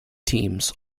teams